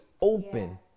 open